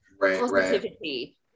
Positivity